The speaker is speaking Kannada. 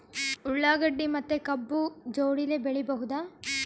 ಉಳ್ಳಾಗಡ್ಡಿ ಮತ್ತೆ ಕಬ್ಬು ಜೋಡಿಲೆ ಬೆಳಿ ಬಹುದಾ?